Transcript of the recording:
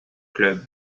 club